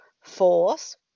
force